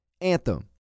Anthem